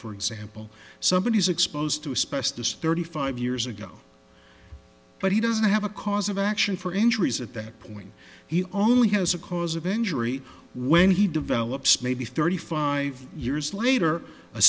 for example somebody is exposed to a specialist thirty five years ago but he doesn't have a cause of action for injuries at that point he only has a cause of injury when he develops maybe thirty five years later